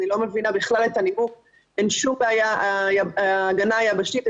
אני לא מבינה בכלל את הנימוק על ההגנה היבשתית.